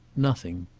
nothing.